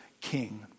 king